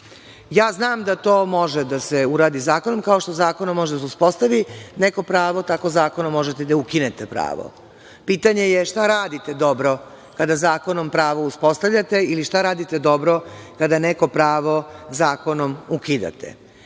ugovora. Znam da to može da se uradi zakonom, kao što zakonom može da se uspostavi neko pravo, tako zakonom možete i da ukinete pravo. Pitanje je šta radite dobro kada zakonom pravo uspostavljate ili šta radite dobro kada neko pravo zakonom ukidate,